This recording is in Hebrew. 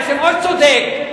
היושב-ראש צודק,